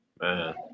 Man